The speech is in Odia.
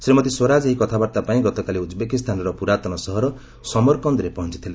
ଶ୍ରୀମତୀ ସ୍ୱରାଜ ଏହି କଥାବାର୍ତ୍ତା ପାଇଁ ଗତକାଲି ଉଜ୍ବେକିସ୍ତାନର ପୁରାତନ ସହର ସମରକନ୍ଦ୍ରେ ପହଞ୍ଚଥିଲେ